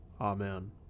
Amen